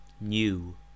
New